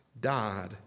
died